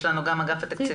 נמצא כאן גם אגף תקציבים.